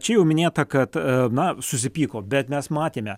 čia jau minėta kad na susipyko bet mes matėme